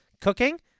Cooking